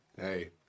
Hey